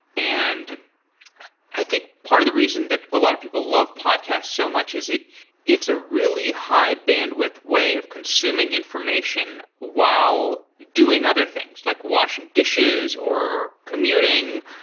and i think part of the reason that a lot of people love podcasts so much is it's it's a really high bandwidth way of consuming information while doing other things, like washing dishes, or commuting,